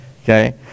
okay